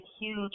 huge